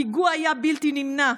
הפיגוע היה בלתי נמנע,